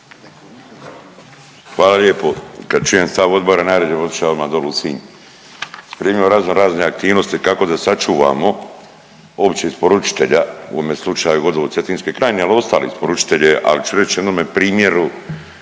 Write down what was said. Hvala lijepo. Kad čujem stav Odbora, najrađe bi otiša odma doli u Sinj. .../Govornik se ne razumije./... raznorazne aktivnosti kako da sačuvamo uopće isporučitelja, u ovom slučaju Vodovod Cetinske krajine, ali i ostale isporučitelje, ali ću reći jednome primjeru